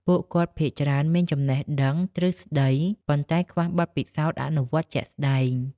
ពួកគាត់ភាគច្រើនមានចំណេះដឹងទ្រឹស្តី ប៉ុន្តែខ្វះបទពិសោធន៍អនុវត្តជាក់ស្តែង។